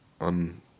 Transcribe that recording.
on